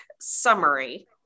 summary